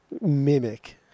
mimic